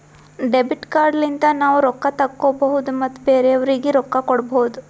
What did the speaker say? debit card ಲಿಂತ ನಾವ್ ರೊಕ್ಕಾ ತೆಕ್ಕೋಭೌದು ಮತ್ ಬೇರೆಯವ್ರಿಗಿ ರೊಕ್ಕಾ ಕೊಡ್ಭೌದು